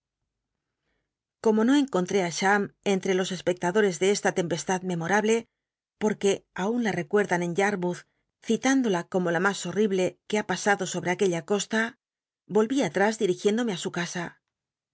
como no encontré i cham entre los espectadot cs de esta tempestad memorable porque aun la recuerdan en yarmoutb cit indola como la mas horrible que ha pasado sobre aquella costa atrás dirigiéndome á su casa